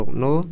no